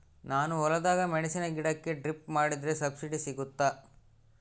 ನಾನು ಹೊಲದಾಗ ಮೆಣಸಿನ ಗಿಡಕ್ಕೆ ಡ್ರಿಪ್ ಮಾಡಿದ್ರೆ ಸಬ್ಸಿಡಿ ಸಿಗುತ್ತಾ?